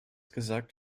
gesagt